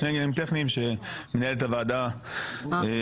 אלה שני עניינים טכניים שמנהלת הוועדה מעדיפה